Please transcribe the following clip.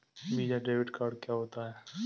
Visa debit card क्या होता है?